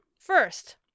first